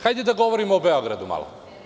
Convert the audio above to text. Hajde da govorimo o Beogradu malo.